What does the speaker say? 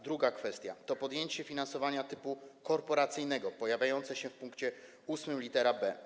Druga kwestia to pojęcie „finansowanie typu korporacyjnego” pojawiające się w pkt 8 lit. b.